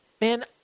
Man